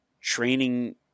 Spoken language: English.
training